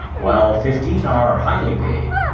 while fifteen are highly paid.